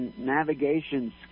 navigation